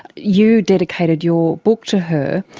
you dedicated your book to her,